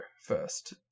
first